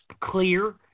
clear